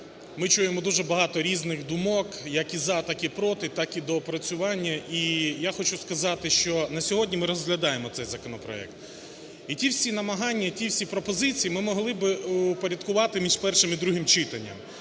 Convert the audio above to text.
Ми чуємо дуже багато різних думок, як і "за", так і "проти", так і доопрацювання. І я хочу сказати, що на сьогодні ми розглядаємо цей законопроект. І ті всі намагання, і ті всі пропозиції ми могли би упорядкувати між першим і другим читанням.